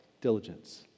diligence